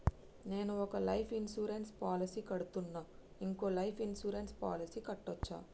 నేను ఒక life insurance policy కడ్తున్నా, ఇంకో లైఫ్ ఇన్సూరెన్స్ పాలసీ కట్టొచ్చా?